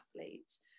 athletes